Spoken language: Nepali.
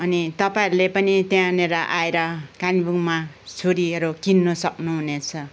अनि तपाईँहरूले पनि त्यहाँनिर आएर कालिम्पोङमा छुरीहरू किन्नु सक्नुहुनेछ